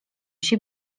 się